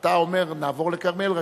אתה אומר: נעבור לכרמיאל,